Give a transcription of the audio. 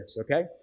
Okay